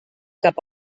cap